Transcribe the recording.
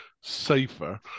safer